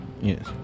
Yes